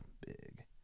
Big